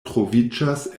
troviĝas